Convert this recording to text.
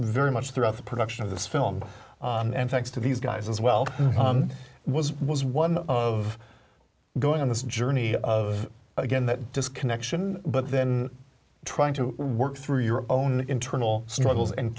very much throughout the production of this film and thanks to these guys as well was was one of going on this journey of again that disconnection but then trying to work through your own internal struggles and